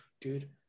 dude